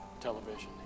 television